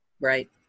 Right